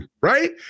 right